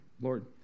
Lord